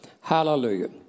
Hallelujah